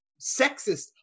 sexist